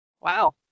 Wow